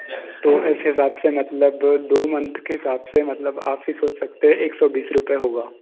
तो इस हिसाब से मतलब दो मंथ के हिसाब से मतलब आप ही सोच सकते हैं एक सौ बीस रुपए होगा